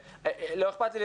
לא אכפת לי,